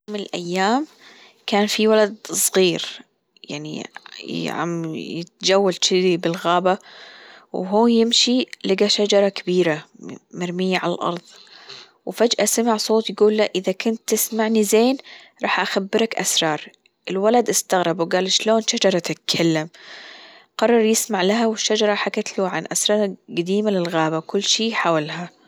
في يوم من الأيام كان في ولد صغير يعني عم يتجول تشذي بالغابة وهو يمشي لجى شجرة كبيرة مرمية على الأرض وفجأة سمع صوت يجول له إذا كنت تسمعني زين راح أخبرك أسرار، الولد إستغرب وجال اشلون شجرة تتكلم قرر يسمع لها والشجرة حكت له عن أسرار جديمة للغابة وكل شي حولها.